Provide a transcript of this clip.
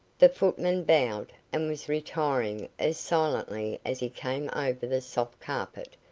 the footman bowed, and was retiring as silently as he came over the soft carpet,